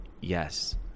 yes